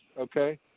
Okay